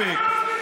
בבקשה.